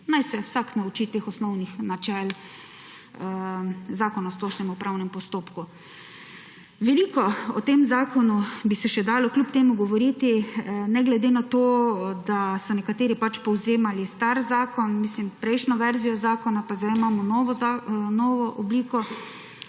naj se vsak nauči teh osnovnih načel Zakona o splošnem upravnem postopku. Veliko bi se še dalo o tem zakonu kljub temu govoriti, ne glede na to, da so nekateri povzemali star zakon, mislim prejšnjo verzijo zakona, pa zdaj imamo novo obliko.